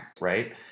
Right